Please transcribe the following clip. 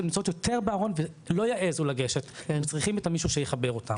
שנמצאות יותר בארון ולא יעזו לגשת והם צריכים את המישהו הזה שיחבר אותם.